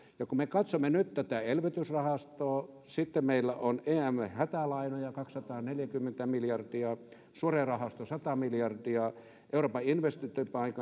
ja kun me katsomme nyt tätä elvytysrahastoa meillä on evmn hätälainoja kaksisataaneljäkymmentä miljardia sure rahastosta sata miljardia euroopan investointipankin